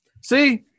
See